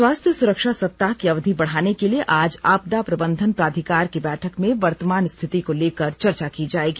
स्वास्थ्य सुरक्षा सप्ताह की अवधि बढाने के लिए आज आपदा प्रबंधन प्राधिकार की बैठक में वर्तमान रिथति को लेकर चर्चा की जायेगी